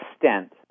extent